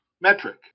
metric